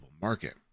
market